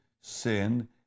sin